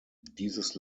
dieses